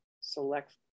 Select